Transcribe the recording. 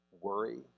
worry